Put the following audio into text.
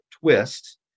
twist